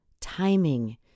timing